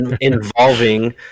involving